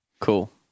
cool